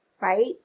right